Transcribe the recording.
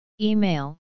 Email